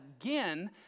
again